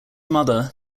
mother